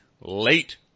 late